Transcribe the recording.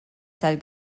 tal